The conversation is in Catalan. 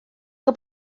que